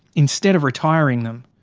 instead of retiring them.